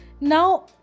Now